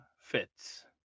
fits